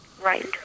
Right